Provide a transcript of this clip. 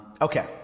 Okay